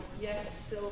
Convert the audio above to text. yes